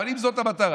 אבל אם זאת המטרה,